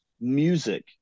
music